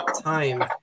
time